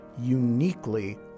uniquely